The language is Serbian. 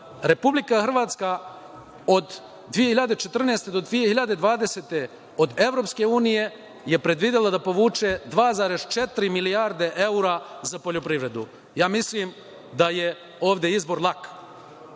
Republika Hrvatska od 2014. Do 2020. Godine od EU je predvidela da povuče 2,4 milijarde evra za poljoprivredu. Ja mislim da je ovde izbor lak.